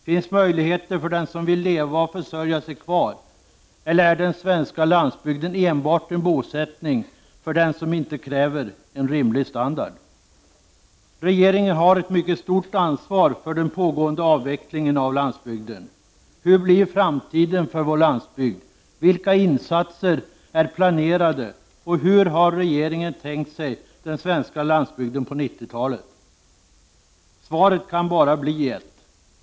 Finns möjligheter kvar för den som vill leva och försörja sig, eller är den svenska landsbygden enbart en bosättning för den som inte kräver en rimlig standard? Regeringen har ett mycket stort ansvar för den pågående avvecklingen av landsbygden. Hur blir framtiden för vår landsbygd? Vilka insatser är planerade, och hur har regeringen tänkt sig den svenska landsbygden på 90-talet? Svaret kan bara bli ett.